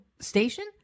station